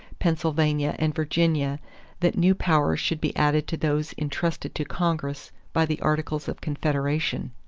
pennsylvania, and virginia that new powers should be added to those intrusted to congress by the articles of confederation.